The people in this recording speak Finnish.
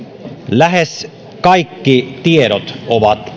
lähes kaikki tiedot ovat